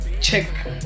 check